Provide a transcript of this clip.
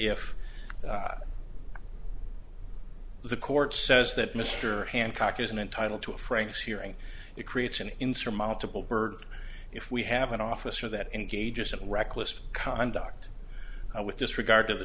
if the court says that mr hancock isn't entitled to frank's hearing it creates an insurmountable burd if we have an officer that engages in reckless conduct and with this regard to the